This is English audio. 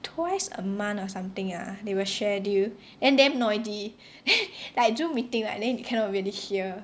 twice a month or something ah they will schedule and damn noisy like Zoom meeting right then you cannot really hear